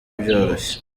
byoroshye